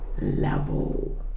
level